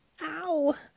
Ow